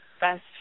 best